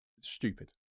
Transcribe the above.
stupid